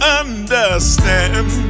understand